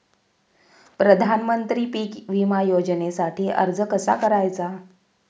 प्रधानमंत्री पीक विमा योजनेसाठी अर्ज कसा करायचा?